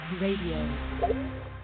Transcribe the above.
Radio